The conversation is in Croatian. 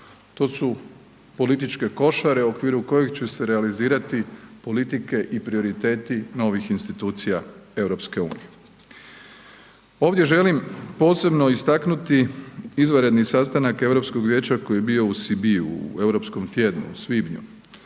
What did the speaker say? To su političke košare u okviru kojih će se realizirati politike i prioriteti novih institucija EU. Ovdje želim posebno istaknuti izvanredni sastanak Europsko vijeća koji je bio u Sibiu u Europskom tjednu u svibnju.